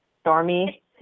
Stormy